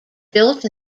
built